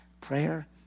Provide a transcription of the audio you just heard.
Prayer